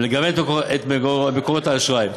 ולגוון את מקורות האשראי.